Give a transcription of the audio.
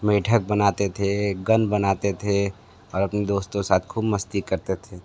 मेंढक बनाते थे गन बनाते थे और अपने दोस्तों के साथ खूब मस्ती करते थे